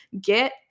get